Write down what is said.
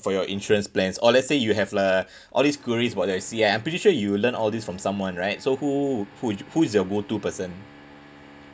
for your insurance plans or let's say you have uh all these queries about the C_I I'm pretty sure you learn all this from someone right so who who who is your go to person